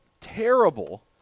terrible